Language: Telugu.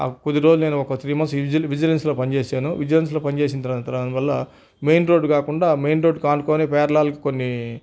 కొద్దిరోజులు నేను ఒక త్రీ మంత్స్ విజినెల్స్లో పనిచేశాను విజినెల్స్లో పని చేసిన తర్వాత దానివల్ల మెయిన్ రోడ్డు కాకుండా మెయిన్ రోడ్డు ఆనుకొని పేర్లల్ కొన్ని